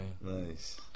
Nice